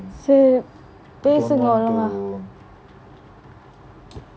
சேரி பேசுங்க ஒழுங்கா:seri peasunga olunga